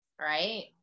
right